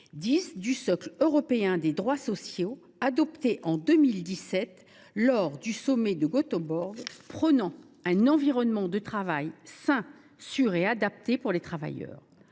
du socle européen des droits sociaux adopté en 2017 lors du sommet de Göteborg, à savoir le droit à un « environnement de travail sain, sûr et adapté » pour les travailleurs.